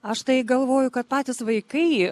aš tai galvoju kad patys vaikai